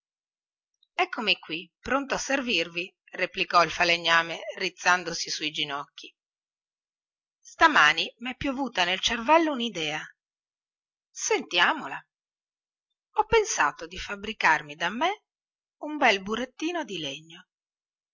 eccomi qui pronto a servirvi replicò il falegname rizzandosi su i ginocchi stamani mè piovuta nel cervello unidea sentiamola ho pensato di fabbricarmi da me un bel burattino di legno